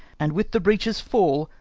and with the breach's fall,